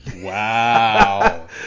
Wow